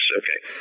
okay